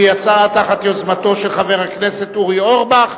שיצאה ביוזמתו של חבר הכנסת אורי אורבך,